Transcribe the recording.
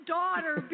daughter